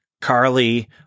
Carly